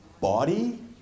body